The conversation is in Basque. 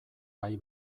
bai